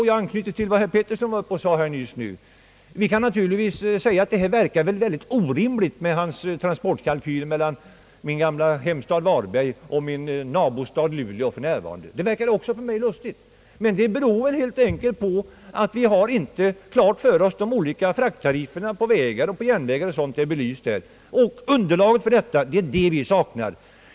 Jag anknyter till vad herr Erik Filip Petersson nyss sade och vill påpeka att mig förefaller hans transportkalkyler orimliga. Kalkylen för sträckan mellan min gamla hemstad Varberg och min nuvarande nabostad Luleå verkar egendomlig. Men vi har helt enkelt inte haft klart för oss de olika frakttarifferna på vägar och järnvägar; underlaget härför är vad vi saknar.